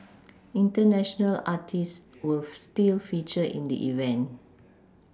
international artists will still feature in the event